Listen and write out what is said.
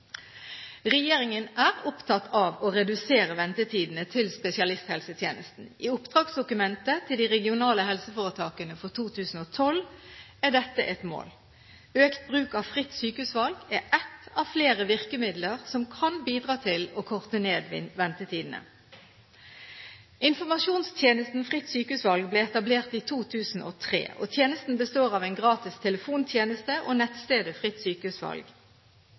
Regjeringen er opptatt av å redusere ventetidene til spesialisthelsetjenesten. I oppdragsdokumentet til de regionale helseforetakene for 2012 er dette et mål. Økt bruk av ordningen med fritt sykehusvalg er ett av flere virkemidler som kan bidra til å korte ned ventetidene. Informasjonstjenesten Fritt sykehusvalg ble etablert i 2003. Tjenesten består av en gratis telefontjeneste og nettstedet